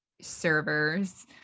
servers